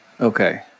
Okay